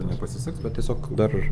nepasisekt bet tiesiog dar